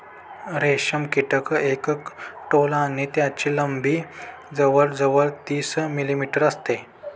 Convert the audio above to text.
रेशम कीटक एक टोळ आहे ज्याची लंबी जवळ जवळ तीस मिलीमीटर असते